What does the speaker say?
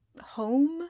home